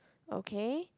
okay